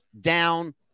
down